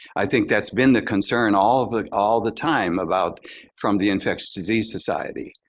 i think that's been the concern all of the all the time about from the infectious disease society.